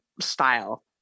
style